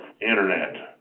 Internet